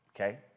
Okay